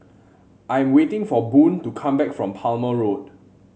I am waiting for Boone to come back from Palmer Road